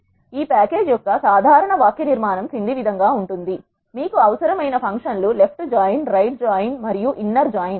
dplay package యొక్క సాధారణ వాక్య నిర్మాణం క్రింది విధంగా ఉంటుంది మీకు అవసరమైన ఫంక్షన్ లు లెప్ట్ జాయిన్ రైట్ జాయిన్ మరియు ఇన్నర్ జాయిన్